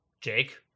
Jake